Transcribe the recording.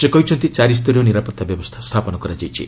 ସେ କହିଛନ୍ତି ଚାରି ସ୍ତରୀୟ ନିରାପତ୍ତା ବ୍ୟବସ୍ଥା ସ୍ଥାପନ କରାଯାଇଛି